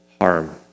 harm